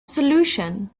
solution